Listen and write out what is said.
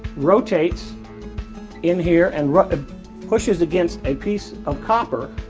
rotates in here and run pushes against a piece of copper